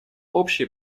общие